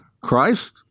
Christ